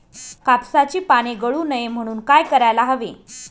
कापसाची पाने गळू नये म्हणून काय करायला हवे?